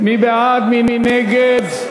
מי בעד, מי נגד?